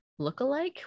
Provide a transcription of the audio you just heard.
lookalike